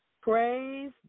Praise